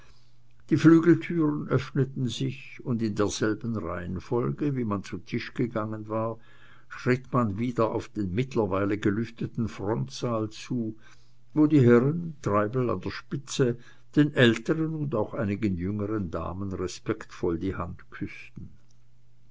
die flügeltüren öffneten sich und in derselben reihenfolge wie man zu tisch gegangen war schritt man wieder auf den mittlerweile gelüfteten frontsaal zu wo die herren treibel an der spitze den älteren und auch einigen jüngeren damen respektvoll die hand küßten